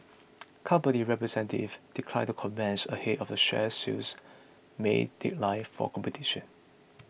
company representative declined the comments ahead of the share sale's May deadline for completion